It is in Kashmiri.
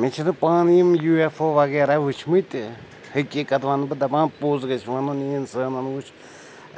مےٚ چھِنہٕ پانہٕ یِم یوٗ ایٚف اوٗ وغیرہ وُچھمٕتۍ حقیٖقت وَنہٕ بہٕ دَپان پوٚز گَژھہِ وَنُن یہِ اِنسانَن وُچھ